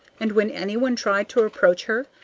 and when any one tried to approach her,